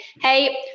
hey